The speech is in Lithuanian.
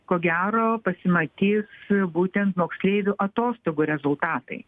ko gero pasimatys būtent moksleivių atostogų rezultatai